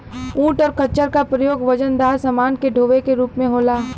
ऊंट और खच्चर का प्रयोग वजनदार समान के डोवे के रूप में होला